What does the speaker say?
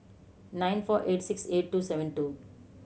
nine four eight six eight two seven two